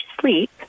sleep